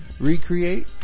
Recreate